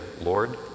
Lord